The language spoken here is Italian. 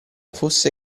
fosse